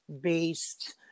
based